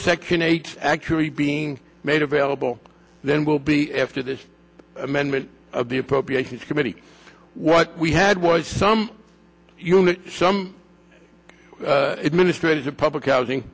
second eight actually being made available then we'll be after this amendment of the appropriations committee what we had was some unit some administrators of public housing